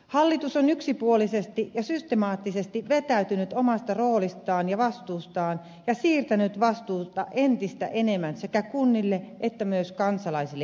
hallitus on yksipuolisesti ja systemaattisesti vetäytynyt omasta roolistaan ja vastuustaan ja siirtänyt vastuuta entistä enemmän sekä kunnille että myös kansalaisille itselleen